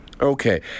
Okay